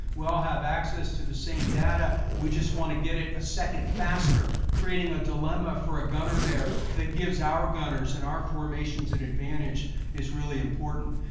we all have access to the same data, we just want to get it a second faster. creating a dilemma for a gunner there, that gives our gunners and our formations an and advantage is really important.